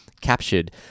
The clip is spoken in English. captured